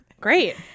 great